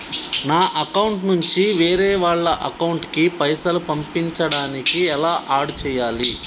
నా అకౌంట్ నుంచి వేరే వాళ్ల అకౌంట్ కి పైసలు పంపించడానికి ఎలా ఆడ్ చేయాలి?